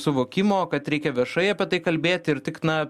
suvokimo kad reikia viešai apie tai kalbėti ir tik na